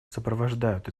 сопровождают